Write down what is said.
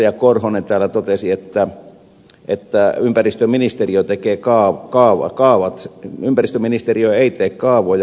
timo korhonen täällä totesi että ympäristöministeriö tekee kaavat ympäristöministeriö ei tee kaavoja